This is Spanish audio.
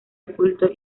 oculto